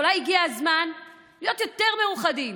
אולי הגיע הזמן להיות יותר מאוחדים,